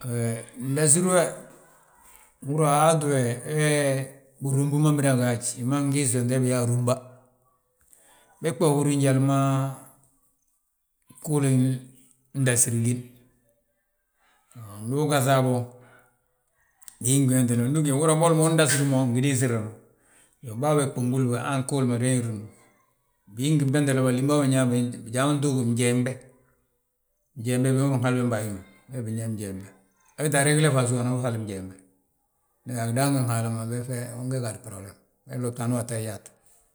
He ndasir we uhúri yaa a waati we, hee birúbi ma mida gaaj, hi ma ngiisi hi ma biyaa arúmba. Bég bà húri njali ma gguulin ndasir gíni, mbon ndu ugaŧa a go, bingi ngi wentel, uhúri yaa boli mo undasir mo, ngi diisir mo. Iyoo, bàa bég bà nbúlig mo han gguul ma reŋir mo, bigí ngi bwentele bolla wi ma binyaa be, bijaa ma ntuug bi njende, njende bi ma binhali bembe a hi ma, bee binyaa njende., we weeti aregile bi asów anan bihali njende, we agi ndaangin Haala ma be, be unge gaadi bborobilem, we lobtaan wo tta yaat.